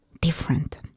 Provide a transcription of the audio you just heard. different